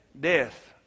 death